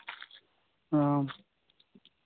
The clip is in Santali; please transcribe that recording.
ᱦᱩᱸ